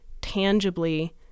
tangibly